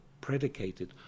predicated